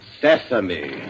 sesame